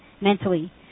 mentally